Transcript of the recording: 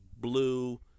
blue